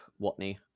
Watney